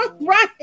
right